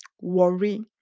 worry